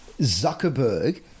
Zuckerberg